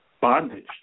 bondage